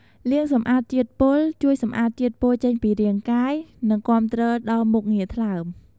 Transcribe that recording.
លាងសម្អាតជាតិពុល ជួយសម្អាតជាតិពុលចេញពីរាងកាយ និងគាំទ្រដល់មុខងារថ្លើម។